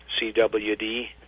CWD